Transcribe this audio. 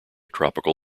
tropical